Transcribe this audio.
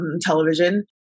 television